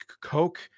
Coke